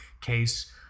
case